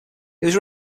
was